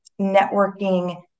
networking